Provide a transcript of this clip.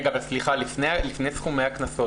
לפני סכומי הקנסות.